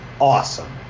awesome